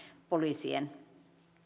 poliisien